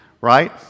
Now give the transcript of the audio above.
right